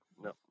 No